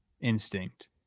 instinct